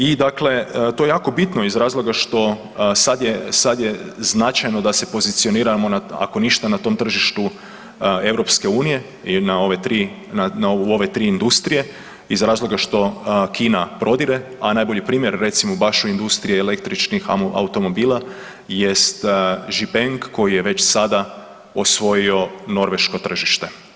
I to je jako bitno iz razloga što sad je značajno da se pozicioniramo ako ništa na tom tržištu EU u ove tri industrije iz razloga što Kina prodire, a najbolji primjer recimo baš u industriji električnih automobila jest Zhipeng koji je već sada osvojio norveško tržište.